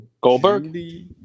Goldberg